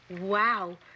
Wow